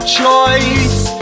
choice